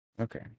Okay